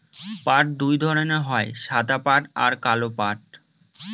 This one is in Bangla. পাট দুই ধরনের হয় সাদা পাট আর কালো পাট